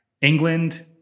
England